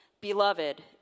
Beloved